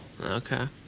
Okay